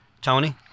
Tony